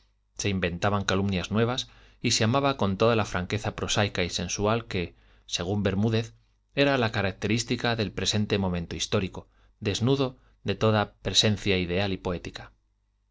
se inventaban calumnias nuevas y se amaba con toda la franqueza prosaica y sensual que según bermúdez era la característica del presente momento histórico desnudo de toda presea ideal y poética